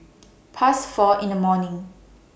Past four in The morning